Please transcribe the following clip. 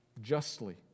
justly